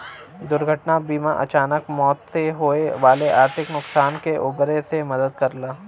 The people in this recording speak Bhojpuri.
दुर्घटना बीमा अचानक मौत से होये वाले आर्थिक नुकसान से उबरे में मदद करला